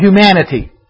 humanity